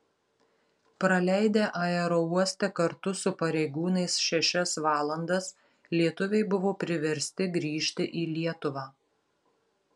praleidę aerouoste kartu su pareigūnais šešias valandas lietuviai buvo priversti grįžti į lietuvą